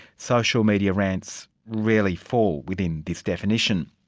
social media rants rarely fall within this definition.